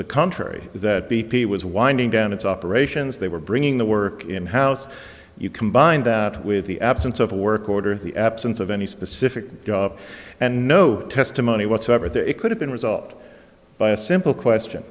the contrary that b p was winding down its operations they were bringing the work in house you combine that with the absence of a work order in the absence of any specific job and no testimony whatsoever there it could have been resolved by a simple question